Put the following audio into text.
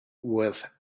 with